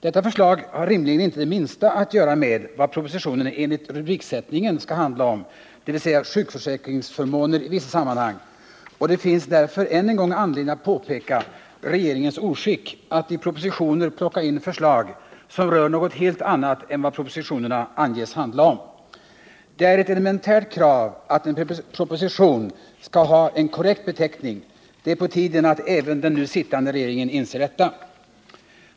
Detta förslag har rimligen inte det minsta att göra med vad propositionen enligt rubriksättningen skall handla om, dvs. sjukförsäkringsförmåner i vissa sammanhang, och det finns därför än en gång anledning att påtala regeringens oskick att i propositioner plocka in förslag, som rör något helt annat än vad propositionerna anges handla om. Det är ett elementärt krav att en proposition skall ha en korrekt beteckning. Det är på tiden att även den nu sittande regeringen inser detta.